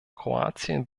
kroatien